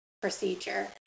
procedure